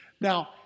Now